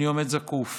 אני עומד זקוף.